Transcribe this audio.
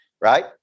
Right